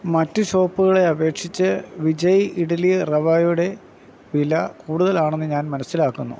മറ്റു ഷോപ്പുകളെ അപേക്ഷിച്ച് വിജയ് ഇഡ്ഡലി റവയുടെ വില കൂടുതലാണെന്ന് ഞാൻ മനസ്സിലാക്കുന്നു